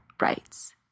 rights